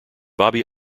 bobby